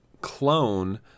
clone